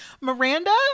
Miranda